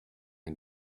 and